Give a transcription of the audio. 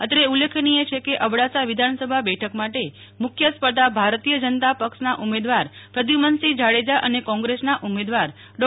અત્રે ઉલ્લેખનીય છે કે અબડાસા વિધાન સભા બેઠક માટે મુખ્ય સ્પર્ધા ભારતીય જનતા પક્ષના ઉમેદવાર પ્રધ્યુમનસિંહ જાડેજા અને કોંગ્રેસનાઉમેદવાર ડો